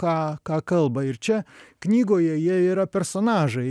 ką ką kalba ir čia knygoje jie yra personažai